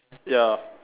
ya